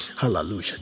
Hallelujah